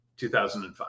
2005